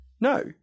no